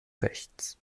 rechts